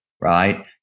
right